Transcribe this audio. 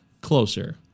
Closer